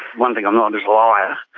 one thing i'm not is a liar.